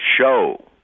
show